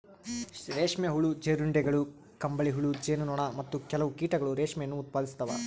ರೇಷ್ಮೆ ಹುಳು, ಜೀರುಂಡೆಗಳು, ಕಂಬಳಿಹುಳು, ಜೇನು ನೊಣ, ಮತ್ತು ಕೆಲವು ಕೀಟಗಳು ರೇಷ್ಮೆಯನ್ನು ಉತ್ಪಾದಿಸ್ತವ